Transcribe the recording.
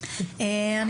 החינוך?